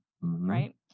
right